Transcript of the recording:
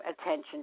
attention